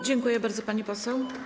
Dziękuję bardzo, pani poseł.